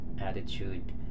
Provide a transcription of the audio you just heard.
attitude